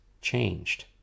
changed